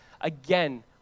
Again